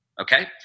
okay